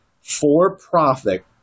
for-profit